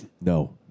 No